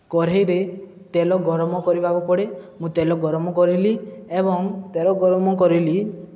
କଢ଼େଇରେ ତେଲ ଗରମ କରିବାକୁ ପଡ଼େ ମୁଁ ତେଲ ଗରମ କରିଲି ଏବଂ ତେଲ ଗରମ କରିଲି